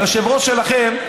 היושב-ראש שלכם,